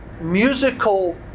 musical